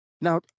Now